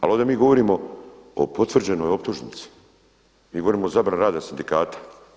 Ali ovdje mi govorimo o potvrđenoj optužnici, mi govorimo o zabrani rada sindikata.